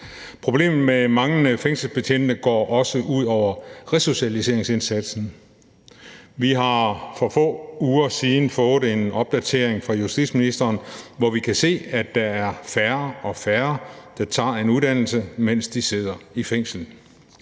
Problemet med mangel på fængselsbetjente går også ud over resocialiseringsindsatsen. Vi har for få uger siden fået en opdatering fra justitsministeren, hvor vi kan se, at der er færre og færre, der tager en uddannelse, mens de sidder i fængsel.